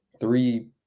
three